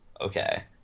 okay